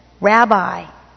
Rabbi